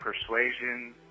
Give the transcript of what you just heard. persuasion